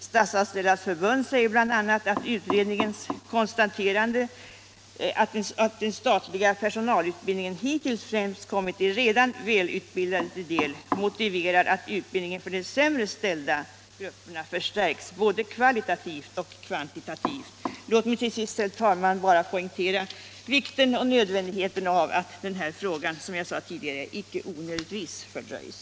Statsanställdas förbund säger bl.a. att utredningens konstaterande att den statliga personalutbildningen hittills främst kommit de redan välutbildade till del motiverar att utbildningen för de sämre ställda grupperna förstärks både kvalitativt och kvantitativt. Låt mig till sist, herr talman, bara poängtera vikten och nödvändigheten av att en reformering av den statliga personalutbildningen, som jag sade tidigare, icke onödigtvis fördröjs.